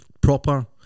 proper